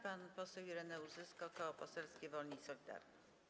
Pan poseł Ireneusz Zyska, Koło Poselskie Wolni i Solidarni.